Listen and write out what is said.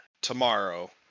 tomorrow